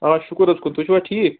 آ شُکُر تُہۍ چھِو ٹھیٖک